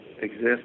exist